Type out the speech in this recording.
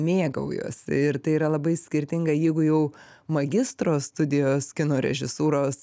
mėgaujuosi ir tai yra labai skirtinga jeigu jau magistro studijos kino režisūros